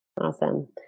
Awesome